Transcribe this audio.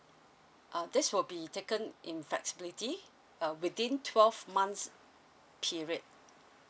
uh this will be taken in flexibility uh within twelve months period